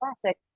classic